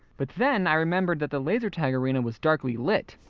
but then, i remembered that the laser tag arena was darkly lit.